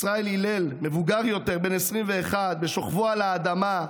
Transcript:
ישראל הלל, מבוגר יותר, בן 21, בשוכבו על האדמה,